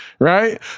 right